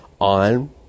on